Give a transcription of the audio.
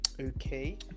okay